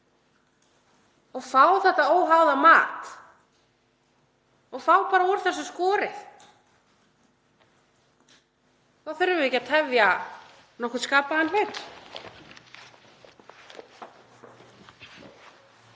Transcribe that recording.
og fá þetta óháða mat og fá þá úr þessu skorið? Þá þurfum við ekki að tefja nokkurn skapaðan